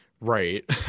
Right